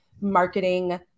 marketing